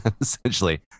essentially